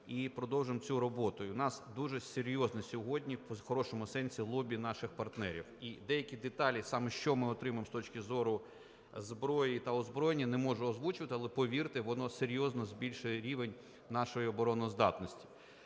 і продовжуємо цю роботу і у нас дуже серйозне сьогодні, в хорошому сенсі, лобі наших партнерів. І деякі деталі, саме що ми отримуємо з точки зору зброї та озброєння, не можу озвучити, але повірте, воно серйозно збільшує рівень нашої обороноздатності.